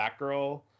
batgirl